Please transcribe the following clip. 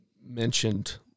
mentioned